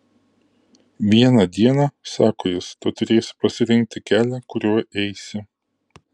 vieną dieną sako jis tu turėsi pasirinkti kelią kuriuo eisi